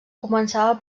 començava